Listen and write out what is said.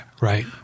Right